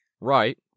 Right